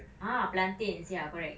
ah plantains ya correct